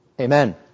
Amen